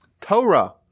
Torah